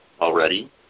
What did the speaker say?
already